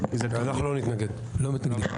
אנחנו לא נתנגד, לא מתנגדים.